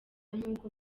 nk’uko